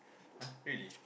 !huh! really